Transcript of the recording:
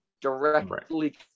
directly